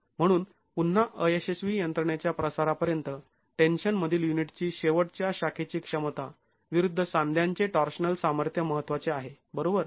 म्हणून पुन्हा अयशस्वी यंत्रणेच्या प्रसारापर्यंत टेन्शन मधील युनिटची शेवटच्या शाखेची क्षमता विरुद्ध सांध्यांचे टॉर्शनल सामर्थ्य महत्त्वाचे आहे बरोबर